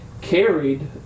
carried